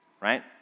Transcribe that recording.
right